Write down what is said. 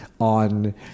on